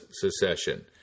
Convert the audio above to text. secession